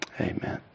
Amen